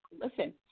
Listen